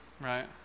Right